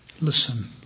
Listen